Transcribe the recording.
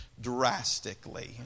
drastically